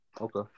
Okay